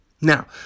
Now